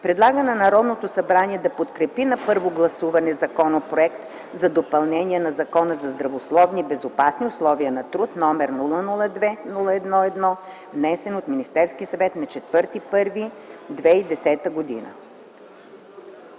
Предлага на Народното събрание да подкрепи на първо гласуване Законопроект за допълнение на Закона за здравословни и безопасни условия на труд, № 002-01-1, внесен от Министерския съвет на 04.01.2010 г.”